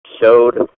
showed